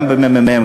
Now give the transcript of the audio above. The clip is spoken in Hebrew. גם בממ"מ,